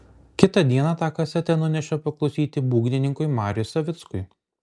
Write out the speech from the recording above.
kitą dieną tą kasetę nunešė paklausyti būgnininkui mariui savickui